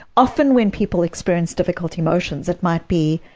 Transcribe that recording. often when people experience difficult emotions it might be